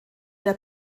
der